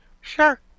Sure